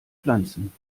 pflanzen